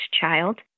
child